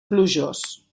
plujós